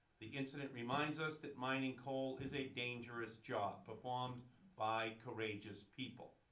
the incident reminds us that mining coal is a dangerous job performed by courageous people.